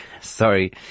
sorry